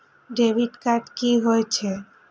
Debit card कि होई छै?